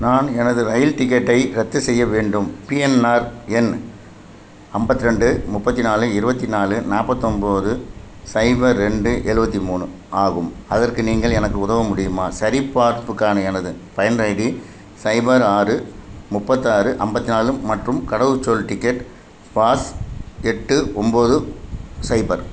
நான் எனது ரயில் டிக்கெட்டை ரத்து செய்ய வேண்டும் பிஎன்ஆர் எண் ஐம்பத்தி ரெண்டு முப்பத்தி நாலு இருபத்தி நாலு நாற்பத்தொம்போது சைபர் ரெண்டு எழுவத்தி மூணு ஆகும் அதற்கு நீங்கள் எனக்கு உதவ முடியுமா சரிப்பார்ப்புக்கான எனது பயனர் ஐடி சைபர் ஆறு முப்பத்தாறு ஐம்பத்தி நாலு மற்றும் கடவுச்சொல் டிக்கெட் பாஸ் எட்டு ஒன்போது சைபர்